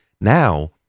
Now